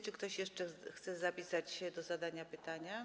Czy ktoś jeszcze chce zapisać się do zadania pytania?